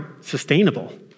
sustainable